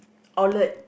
outlet